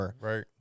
Right